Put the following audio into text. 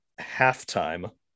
halftime